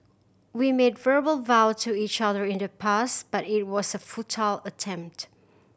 we made verbal vow to each other in the past but it was a futile attempt